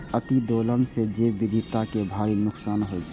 अतिदोहन सं जैव विविधता कें भारी नुकसान होइ छै